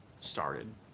started